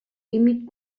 límit